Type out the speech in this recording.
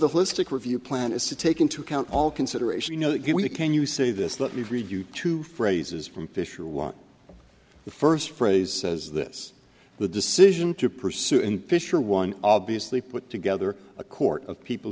the holistic review plan is to take into account all consideration you know we can you say this let me read you two phrases from fisher what the first phrase says this the decision to pursue and fisher one obviously put together a court of people